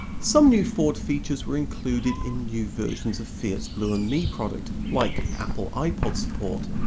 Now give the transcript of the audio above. some new ford features were included in new versions of fiat's blue and me product like apple ipod support,